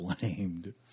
blamed